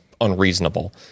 unreasonable